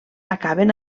acaben